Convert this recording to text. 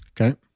Okay